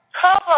Cover